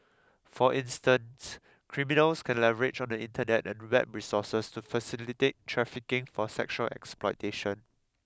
for instance criminals can leverage on the Internet and web resources to facilitate trafficking for sexual exploitation